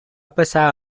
passar